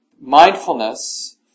mindfulness